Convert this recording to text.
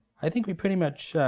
i think we pretty much. ah.